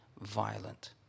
violent